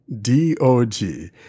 D-O-G